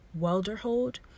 Welderhold